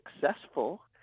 successful